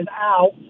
out